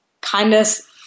kindness